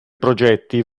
progetti